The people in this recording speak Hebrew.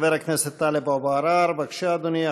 חבר הכנסת טלב אבו עראר, בבקשה, אדוני.